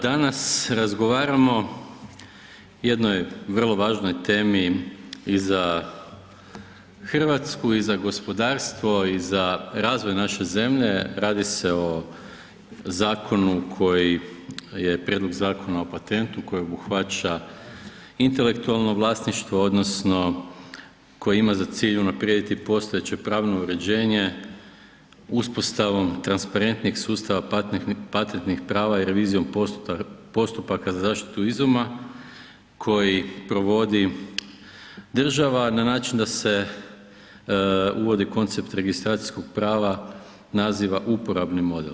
Danas razgovaramo o jednoj vrlo važnoj temi i za Hrvatsku i za gospodarstvo i za razvoj naše zemlje, radi se o zakonu koji je Prijedlog zakona o patentu koji obuhvaća intelektualno vlasništvo odnosno koje ima za cilj unaprijediti postojeće pravno uređenje uspostavom transparentnijeg sustava patentnih prava i revizijom postupaka za zaštitu izuma koji provodi država na način da se uvodi koncept registracijskog prava naziva uporabni model.